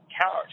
couch